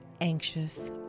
anxious